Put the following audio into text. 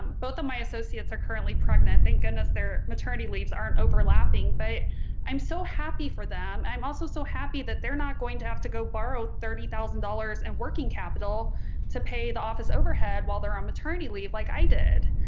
both of my associates are currently pregnant thank goodness their maternity leaves aren't overlapping but i'm so happy for them i'm also so happy that they're not going to have to go borrow thirty thousand dollars in and working capital to pay the office overhead while they're on maternity leave like i did.